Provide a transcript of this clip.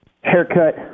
Haircut